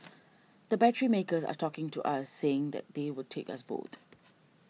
the battery makers are talking to us saying that they would take us both